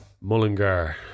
Mullingar